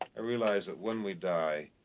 i realized that when we die,